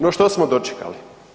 No što smo dočekali?